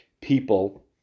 people